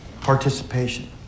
participation